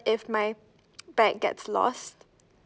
if my bag gets lost